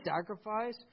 sacrifice